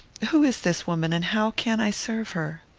who is this woman, and how can i serve her?